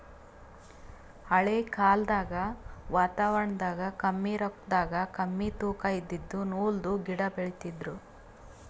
ಹಳಿ ಕಾಲ್ದಗ್ ವಾತಾವರಣದಾಗ ಕಮ್ಮಿ ರೊಕ್ಕದಾಗ್ ಕಮ್ಮಿ ತೂಕಾ ಇದಿದ್ದು ನೂಲ್ದು ಗಿಡಾ ಬೆಳಿತಿದ್ರು